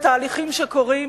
אלה תהליכים שקורים.